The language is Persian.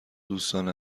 دوستان